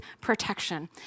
protection